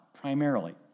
primarily